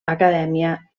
acadèmia